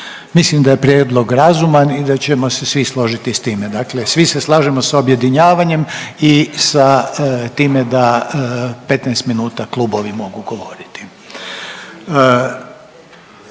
Mislim da je prijedlog razuman i da ćemo se svi složiti s time, dakle svi se slažemo s objedinjavanjem i sa time da 15 minuta klubovi mogu govoriti.